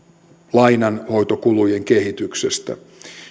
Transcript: lainanhoitokulujen kehityksestä